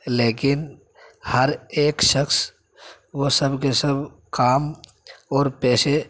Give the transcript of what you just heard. لیکن ہر ایک شخص وہ سب کے سب کام اور پیسے